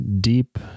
deep